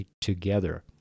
together